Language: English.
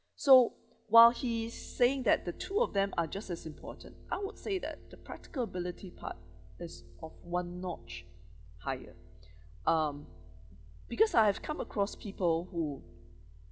so while he's saying that the two of them are just as important I would say that the practical ability part is of one notch higher um because I have come across people who